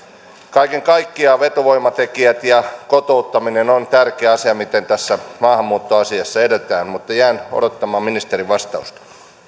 kaiken kaikkiaan vetovoimatekijät ja kotouttaminen ovat tärkeä asia miten tässä maahanmuuttoasiassa edetään mutta jään odottamaan ministerin vastausta